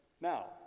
Now